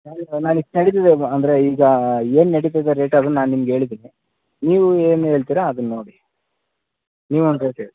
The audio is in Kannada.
ನಾನು ಇಷ್ಟು ನಡೀತದೆ ಅಂದರೆ ಈಗ ಏನು ನಡೀತದೆ ರೇಟು ಅದನ್ನು ನಾನು ನಿಮಗೆ ಹೇಳಿದ್ದೀನಿ ನೀವು ಏನು ಹೇಳ್ತೀರಾ ಅದನ್ನು ನೋಡಿ ನೀವೊಂದು ರೇಟ್ ಹೇಳಿ